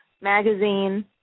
magazine